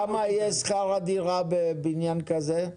מה יהיה שכר הדירה בבניין כזה?